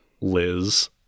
Liz